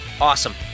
Awesome